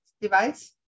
device